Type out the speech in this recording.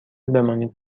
بمانید